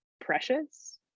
precious